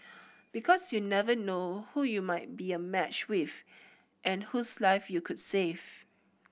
because you never know who you might be a match with and whose life you could save